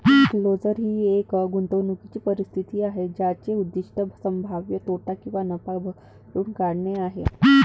enclosure ही एक गुंतवणूकीची परिस्थिती आहे ज्याचे उद्दीष्ट संभाव्य तोटा किंवा नफा भरून काढणे आहे